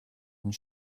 and